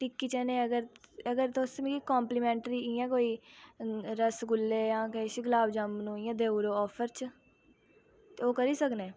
टिक्की चने अगर अगर तुस मिगी कोम्पलीमेंटरी इ'यां कोई रसगुल्ले जां किश गुलाबजामुन इ'यां देई उड़ो आफर च ते ओह् करी सकनें